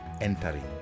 entering